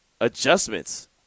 adjustments